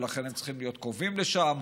ולכן הם צריכים להיות קרובים לשם.